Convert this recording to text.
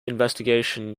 investigation